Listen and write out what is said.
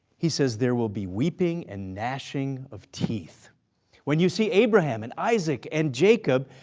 he says, there will be weeping and gnashing of teeth when you see abraham, and isaac, and jacob,